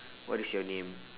what is your name